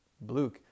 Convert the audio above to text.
Blue